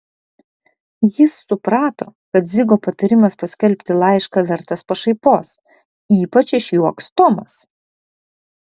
jis suprato kad dzigo patarimas paskelbti laišką vertas pašaipos ypač išjuoks tomas